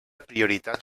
prioritat